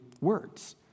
words